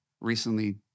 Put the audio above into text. recently